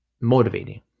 motivating